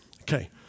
Okay